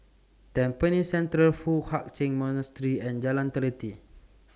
Tampines Central Foo Hai Ch'An Monastery and Jalan Teliti